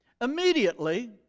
Immediately